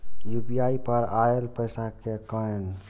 UPI पर आएल पैसा कै कैन?